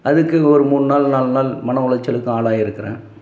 அதுக்கு ஒரு மூணு நாள் நாலு நாள் மன உளைச்சலுக்கும் ஆளாயிருக்கிறேன்